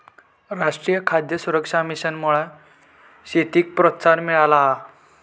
राष्ट्रीय खाद्य सुरक्षा मिशनमुळा शेतीक प्रोत्साहन मिळाला हा